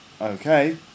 Okay